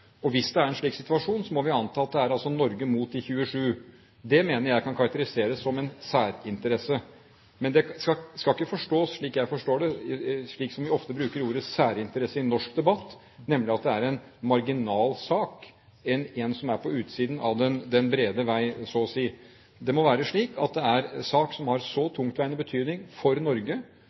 og hvis det er en slik situasjon, må vi anta at det er Norge mot de 27. Det mener jeg kan karakteriseres som en særinteresse. Men det skal ikke forstås, slik jeg ser det, slik som vi ofte bruker ordet «særinteresse» i norsk debatt, nemlig at det er en marginal sak, en som er på utsiden av den brede vei, så å si. Det må være slik at det er en sak som har tungtveiende betydning for Norge,